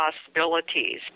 possibilities